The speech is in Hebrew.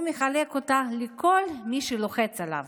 הוא מחלק אותה לכל מי שלוחץ עליו.